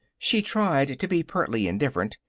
she tried to be pertly indifferent,